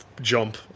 jump